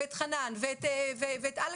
את חנן ואת אלכס,